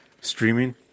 streaming